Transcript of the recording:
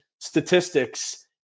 statistics